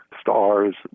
stars